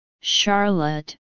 Charlotte